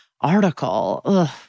article